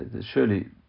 surely